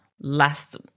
last